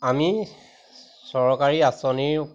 আমি চৰকাৰী আঁচনিৰ